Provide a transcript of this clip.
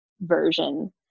version